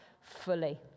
fully